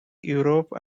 europe